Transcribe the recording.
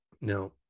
Now